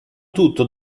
tutto